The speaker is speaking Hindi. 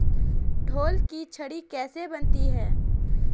ढोल की छड़ी कैसे बनती है?